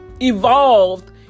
evolved